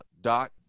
Doc